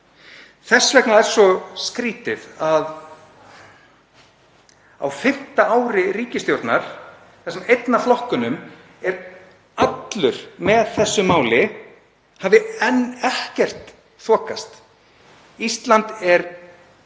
Þess vegna er svo skrýtið að á fimmta ári ríkisstjórnar þar sem einn af flokkunum er allur með þessu máli hafi það enn ekkert þokast áfram. Ísland er með